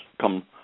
come